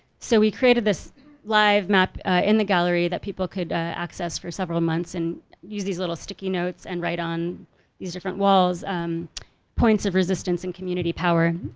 so we created this live map in the gallery that people could access for several months and use these little sticky notes and write on these different walls points of resistance and community power.